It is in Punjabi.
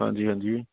ਹਾਂਜੀ ਹਾਂਜੀ